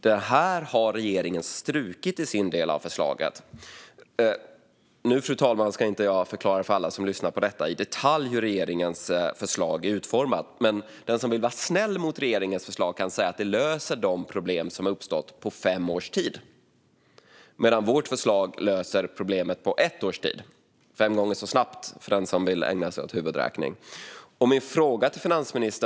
Det här har regeringen strukit i sin del av förslaget. Fru talman! Jag ska inte förklara i detalj för alla som lyssnar hur regeringens förslag är utformat. Men vill man vara snäll mot regeringens förslag kan man säga att det på fem år löser de problem som uppstått. Vårt förslag löser problemen på ett år, alltså fem gånger så snabbt för den som vill ägna sig åt huvudräkning.